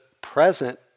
present